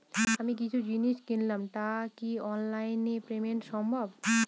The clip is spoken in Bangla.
আমি কিছু জিনিস কিনলাম টা কি অনলাইন এ পেমেন্ট সম্বভ?